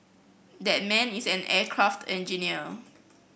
that man is an aircraft engineer